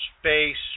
space